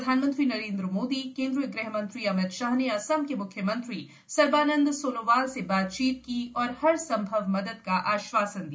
प्रधानमंत्री नरेन्द्र मोदी केन्द्रीय गृहमंत्री अमित शाह ने असम के मुख्युमंत्री सर्बानंद सोनोवाल से बातचीत की और हरसंभव मदद का आश्वासन दिया